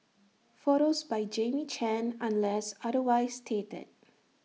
photos by Jamie chan unless otherwise stated